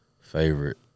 Favorite